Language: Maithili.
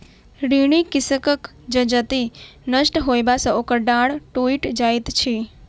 ऋणी कृषकक जजति नष्ट होयबा सॅ ओकर डाँड़ टुइट जाइत छै